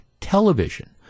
television